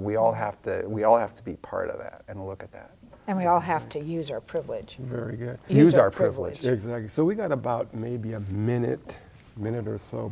we all have to we all have to be part of that and look at that and we all have to use our privilege very good use our privilege and we've got about maybe a minute minute or so